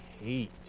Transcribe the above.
hate